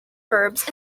verbs